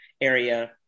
area